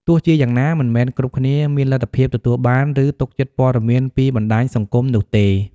ទោះជាយ៉ាងណា មិនមែនគ្រប់គ្នាមានលទ្ធភាពទទួលបាន ឬទុកចិត្តព័ត៌មានពីបណ្តាញសង្គមនោះទេ។